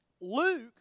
Luke